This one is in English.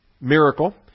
miracle